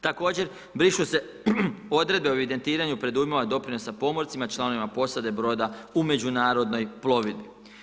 Također brišu se odredbe o evidentiranju predujmova doprinosa pomorcima, članovima posade, broda, u međunarodnoj plovidbi.